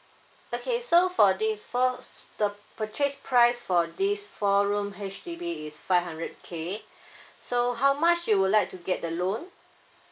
okay so for this four s~ s~ the purchase price for this four room H_D_B is five hundred K so how much you would like to get the loan